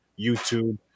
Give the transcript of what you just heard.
YouTube